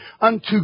Unto